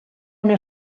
una